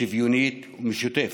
שוויונית ומשותפת: